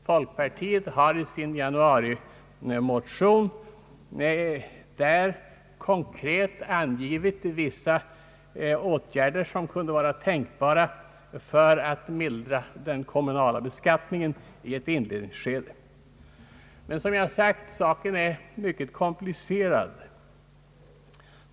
Folkpartiet har i sin januarimotion konkret angivit vissa åtgärder som kunde vara tänkbara för att mildra den kommunala beskattningen i ett inledningsskede. | Frågan är, som jag har nämnt, mycket komplicerad.